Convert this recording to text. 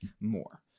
more